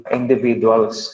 individuals